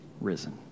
risen